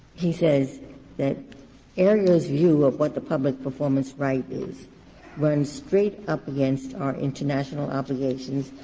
he says that aereo's view of what the public performance right is runs straight up against our international obligations.